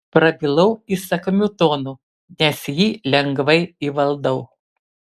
prabilau įsakmiu tonu nes jį lengvai įvaldau